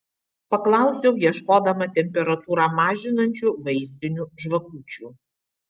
paklausiau ieškodama temperatūrą mažinančių vaistinių žvakučių